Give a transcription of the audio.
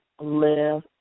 live